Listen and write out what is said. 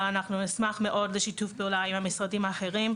אבל נשמח מאוד לשיתוף פעולה עם המשרדים האחרים,